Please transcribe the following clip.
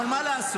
אבל מה לעשות,